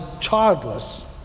childless